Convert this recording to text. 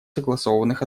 согласованных